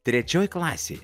trečioj klasėj